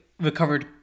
recovered